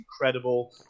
incredible